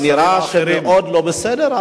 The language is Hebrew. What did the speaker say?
זה נראה מאוד מאוד לא בסדר,